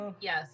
Yes